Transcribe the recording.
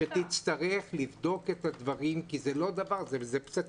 -- שתצטרך לבדוק את הדברים כי זה פצצה.